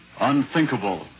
unthinkable